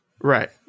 Right